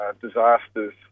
disasters